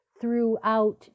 throughout